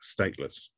stateless